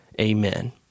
Amen